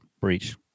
Breach